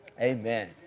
Amen